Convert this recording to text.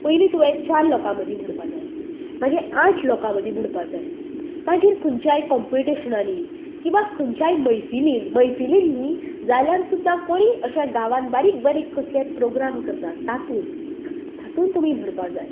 पयलीं तुवें चार लोकां मदीं म्हणपा जाय मागी आठ लोकां मदीं म्हणपा जाय मागी खंयच्याय कोंपिटिशनांनी किंवा खंयच्याय मैफिलीन मैफिलीन न्ही जाल्यार सुद्दा कोणय अशा गांवांन बारीक बारीक कसलेय प्रोग्राम करतात तातून तातून तुमी म्हणपा जाय